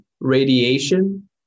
radiation